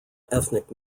ethnic